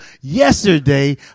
yesterday